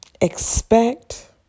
Expect